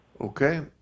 okay